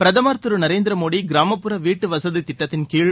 பிரதமர் திரு நரேந்திர மோடி கிராமப்புற வீட்டுவசதித் திட்டத்தின் கீழ்